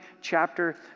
chapter